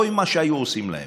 אוי מה שהיו עושים להם,